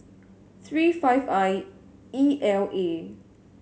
three five I E L A